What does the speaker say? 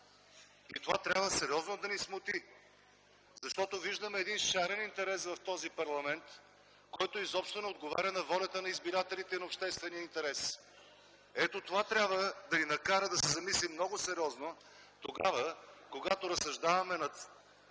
Това трябва сериозно да ни смути, защото виждаме един шарен интерес в този парламент, който изобщо не отговаря на волята на избирателите и на обществения интерес! Ето, това трябва да ни накара да се замислим много сериозно тогава, когато разсъждаваме над едно от